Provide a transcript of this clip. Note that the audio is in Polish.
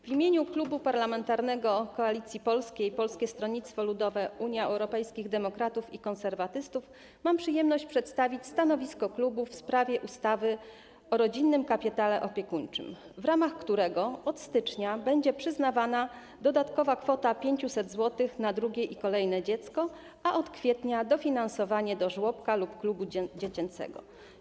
W imieniu Klubu Parlamentarnego Koalicja Polska - Polskie Stronnictwo Ludowe, Unia Europejskich Demokratów, Konserwatyści mam przyjemność przedstawić stanowisko klubu w sprawie ustawy o rodzinnym kapitale opiekuńczym, w ramach którego od stycznia będzie przyznawana dodatkowa kwota 500 zł na drugie i kolejne dziecko, a od kwietnia - dofinansowanie do żłobka lub klubu dziecięcego.